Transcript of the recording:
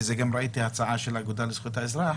וזה גם ראיתי בהצעה של האגודה לזכויות האזרח,